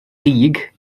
dug